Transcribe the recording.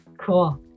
cool